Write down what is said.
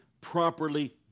properly